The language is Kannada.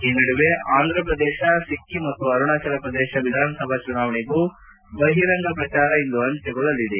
ಇದಲ್ಲದೆ ಆಂಧ್ರಪ್ರದೇಶ ಸಿಕ್ಕಿಂ ಮತ್ತು ಅರುಣಾಚಲಪ್ರದೇಶ ವಿಧಾನಸಭಾ ಚುನಾವಣೆಗೂ ಬಹಿರಂಗ ಪ್ರಚಾರ ಇಂದು ಅಂತ್ನಗೊಳ್ಳಲಿದೆ